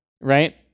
Right